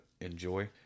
enjoy